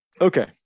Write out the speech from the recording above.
Okay